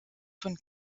von